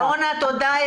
שרונה, תודה.